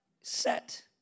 set